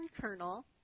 kernel